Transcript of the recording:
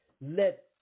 let